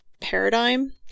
paradigm